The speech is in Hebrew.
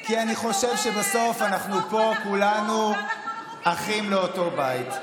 כי אני חושב שבסוף אנחנו כולנו אחים לאותו בית.